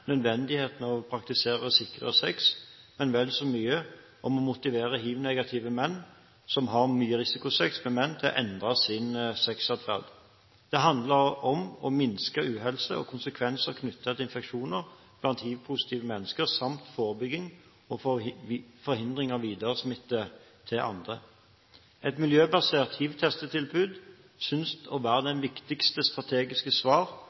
menn, til å endre sin sexatferd. Det handler om å minske uhelse og konsekvenser knyttet til infeksjoner blant hivpositive mennesker samt forebygging og forhindring av videresmitte til andre. Et miljøbasert hivtestetilbud synes å være det viktigste strategiske svar